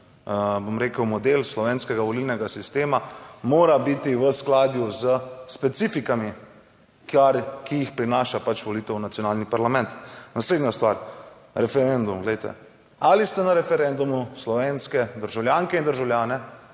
bom rekel, model slovenskega volilnega sistema mora biti v skladu s specifikami, ki jih prinaša pač volitev v nacionalni parlament. Naslednja stvar, referendum. Ali ste na referendumu slovenske državljanke in državljane